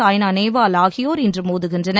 சாய்னா நேவால் ஆகியோர் இன்று மோதுகின்றனர்